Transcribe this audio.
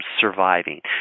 surviving